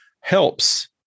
helps